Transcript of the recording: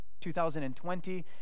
2020